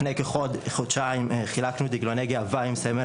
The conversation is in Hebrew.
לפני כחודשיים חילקנו דגלוני גאווה עם סמל